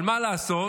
מה לעשות